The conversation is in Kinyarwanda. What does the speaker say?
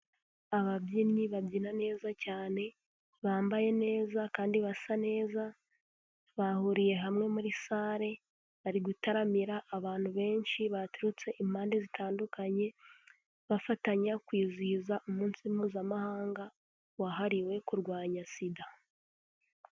Ababyinnyi babyina neza cyane bambaye neza kandi basa neza, bahuriye hamwe muri salle bari gutaramira abantu benshi baturutse impande zitandukanye bafatanya kwizihiza umunsi mpuzamahanga wahariwe kurwanya Sida.